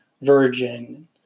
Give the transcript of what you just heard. Virgin